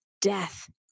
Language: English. death